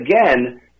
again –